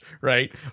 right